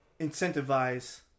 incentivize